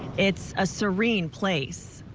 it's a serene place.